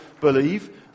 believe